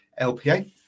LPA